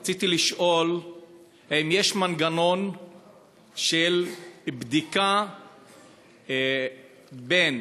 רציתי לשאול אם יש מנגנון של בדיקה בין